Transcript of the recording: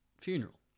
funeral